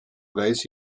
weiß